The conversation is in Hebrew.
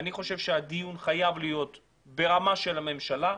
אני חושב שהדיון חייב להיות ברמה של הממשלה,